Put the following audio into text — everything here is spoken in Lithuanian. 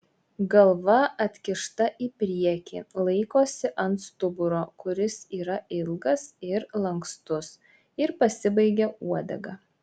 galva atkišta į priekį laikosi ant stuburo kuris yra ilgas ir lankstus ir pasibaigia uodega